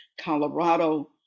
Colorado